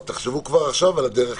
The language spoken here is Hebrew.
תחשבו כבר עכשיו על הדרך,